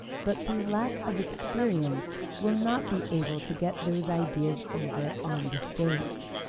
but through lack of experience will not be able to get those ideas over on the stage.